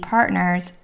Partners